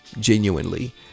genuinely